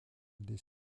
des